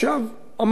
כהערה אחרונה,